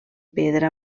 pedra